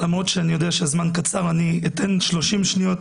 למרות שאני יודע שהזמן קצר, אני אתן 30 שניות